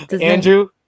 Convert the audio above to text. Andrew